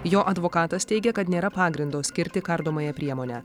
jo advokatas teigia kad nėra pagrindo skirti kardomąją priemonę